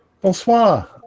bonsoir